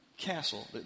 castle